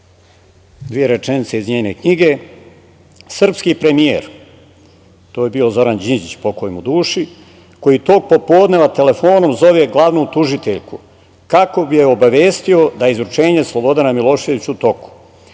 dve rečenice iz njene knjige – srpski premijer, to je bio Zoran Đinđić, pokoj mu duši, koji tog popodneva telefonom zove glavnu tužiteljku kako bi je obavestio da je izručenje Slobodana Miloševića u toku,